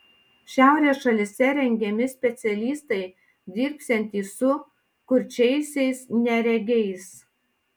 šiaurės šalyse rengiami specialistai dirbsiantys su kurčiaisiais neregiais